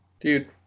Dude